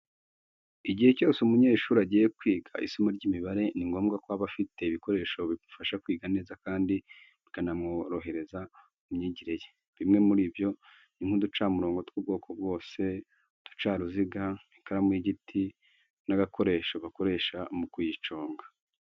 Igihe cyose umunyeshuri agiye kwiga isomo ry'imibare, ni ngombwa ko aba afite ibikoresho bimufasha kwiga neza kandi bikanamworohereza mu myigire ye. Bimwe muri byo, ni nk'uducamurongo tw'ubwoko bwose, uducaruziga, ikaramu y'igiti, n'agakoresho bakoresha mu kuyiconga.